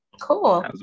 Cool